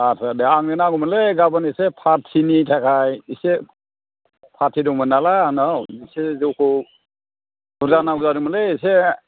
आच्चा दे आंनो नांगौमोनलै गाबोन एसे पार्टिनि थाखाय इसे पार्टि दंमोन नालाय आंनाव इसे जौखौ बुरजा नांगौ जादोंमोनलै एसे